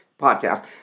podcast